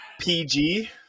PG